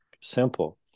simple